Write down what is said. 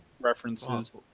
references